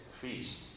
feast